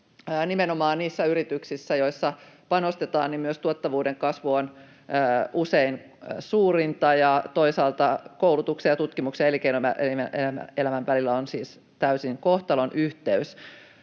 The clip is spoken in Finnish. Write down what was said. nimenomaan niissä yrityksissä, joissa panostetaan, myös tuottavuuden kasvu on usein suurinta, ja toisaalta koulutuksen ja tutkimuksen ja elinkeinoelämän välillä on siis täysin kohtalonyhteys.